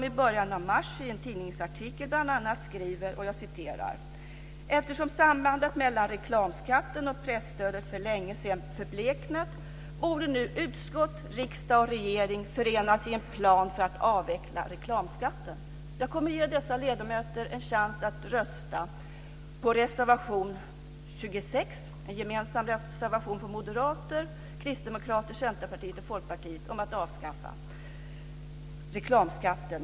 I början av mars skrev de nämligen bl.a. följande i en tidningsartikel: Eftersom sambandet mellan reklamskatten och presstödet för länge sedan förbleknat borde nu utskott, riksdag och regering förenas i en plan för att avveckla reklamskatten. Jag kommer att ge dessa ledamöter en chans att rösta på reservation 26. Det är en gemensam reservation från moderater, kristdemokrater, centerpartister och folkpartister om att avskaffa reklamskatten.